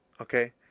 okay